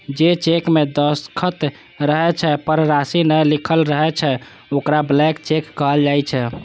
जे चेक मे दस्तखत रहै छै, पर राशि नै लिखल रहै छै, ओकरा ब्लैंक चेक कहल जाइ छै